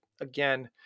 again